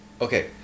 Okay